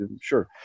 Sure